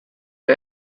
you